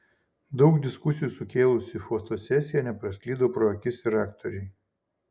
daug diskusijų sukėlusi fotosesija nepraslydo pro akis ir aktorei